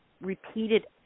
repeated